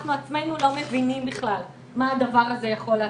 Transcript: אנחנו בעצמנו לא מבינים בכלל מה הדבר הזה יכול לעשות.